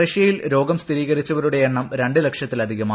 റഷ്യയിൽ രോഗം സ്ഥിരീകരിച്ചവരുടെ എണ്ണം രണ്ട് ലക്ഷത്തിലധികമായി